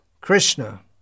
Krishna